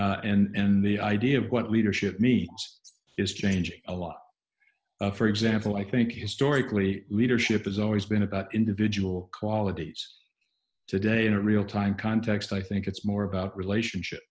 years and the idea of what leadership me it's is changing a lot for example i think historically leadership has always been about individual qualities today in a real time context i think it's more about relationship